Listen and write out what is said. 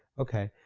okay,